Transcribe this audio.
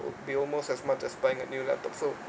would be almost as much as buying a new laptop so